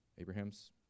Abraham's